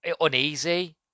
uneasy